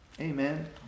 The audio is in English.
Amen